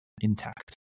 intact